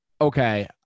Okay